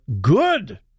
good